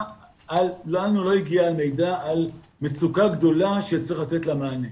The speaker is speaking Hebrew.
לנו לא הגיע מידע על מצוקה גדולה שצריך לתת לה מענה,